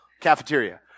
Cafeteria